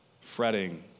fretting